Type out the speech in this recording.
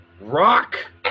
Rock